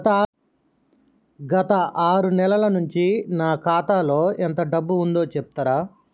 గత ఆరు నెలల నుంచి నా ఖాతా లో ఎంత డబ్బు ఉందో చెప్తరా?